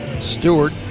Stewart